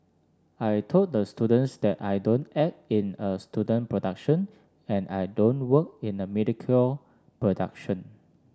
I told the students that I don't act in a student production and I don't work in a mediocre production